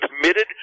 committed